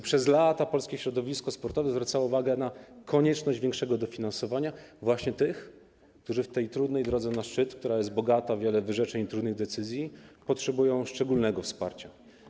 Przez lata polskie środowisko sportowe zwracało uwagę na konieczność większego dofinansowania właśnie tych, którzy w tej trudnej drodze na szczyt, bogatej w wiele wyrzeczeń i trudnych decyzji, potrzebują szczególnego wsparcia.